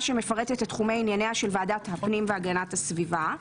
שמפרטת את תחומי ענייניה של ועדת הפנים והגנת הסביבה,